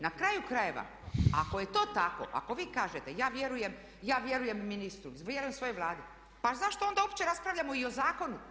Na kraju krajeva ako je to tako ako vi kažete ja vjerujem ministru, vjerujem svojoj Vladi pa zašto onda uopće raspravljamo i o zakonu.